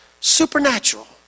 Supernatural